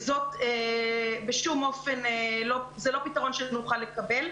זה לא פתרון שנוכל לקבל.